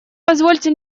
позвольте